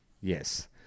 Yes